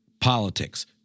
politics